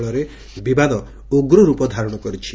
ଫଳରେ ବିବାଦ ଉଗ୍ରର୍ପ ଧାରଣ କରିଛି